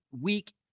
week